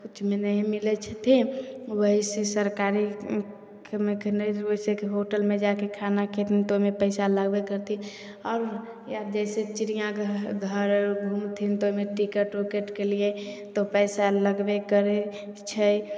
किछु ही मिलै छथिन वही से सरकारी सबमे नहि ओतेक होटलमे जायके खाना खेथिन तऽ ओहिमे पैसा लागबे करथिन आओर आब जाहिसऽ चिड़ियाँघर आर घुमथिन तऽ ओहिमे टिकट उकटके लिए तऽ पैसा लगबे करै छै